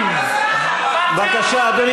בבקשה, אדוני